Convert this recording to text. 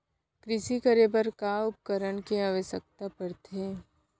कृषि करे बर का का उपकरण के आवश्यकता परथे?